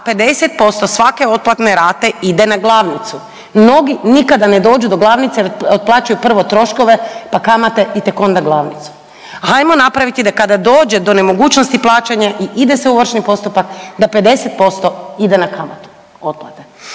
50% svake otplatne rate ide na glavnicu. Mnogi nikada ne dođu do glavnice jer otplaćuju prvo troškove, pa kamate i tek onda glavnicu. Hajmo napraviti da kada dođe do nemogućnosti plaćanja i ide se u ovršni postupak da 50% ide na kamatu otplate.